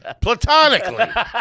platonically